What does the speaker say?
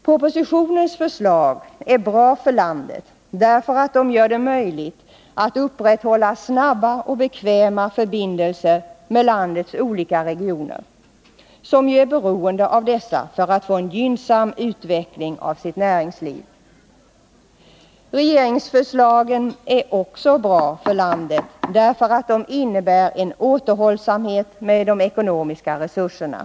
Propositionens förslag är bra för landet därför att de gör det möjligt att upprätthålla snabba och bekväma förbindelser med landets olika regioner, som ju är beroende av dessa för att få en gynnsam utveckling av sitt näringsliv. Regeringsförslagen är också bra för landet därför att de innebär en Nr 53 återhållsamhet med de ekonomiska resurserna.